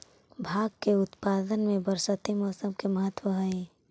भाँग के उत्पादन में बरसाती मौसम के महत्त्व हई